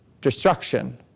destruction